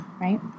right